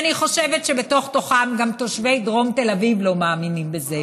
ואני חושבת שבתוך-תוכם גם תושבי דרום תל אביב לא מאמינים בזה,